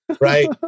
Right